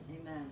Amen